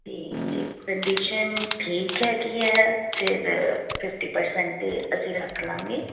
ਅਤੇ ਜੇ ਕੰਡੀਸ਼ਨ ਠੀਕ ਹੈਗੀ ਹੈ ਫਿਰ ਫਿਫਟੀ ਪਰਸੈਂਟ 'ਤੇ ਅਸੀਂ ਰੱਖਲਾਂਗੇ